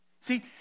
See